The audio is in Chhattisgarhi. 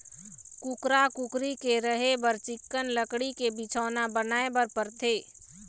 कुकरा, कुकरी के रहें बर चिक्कन लकड़ी के बिछौना बनाए बर परथे